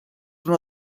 una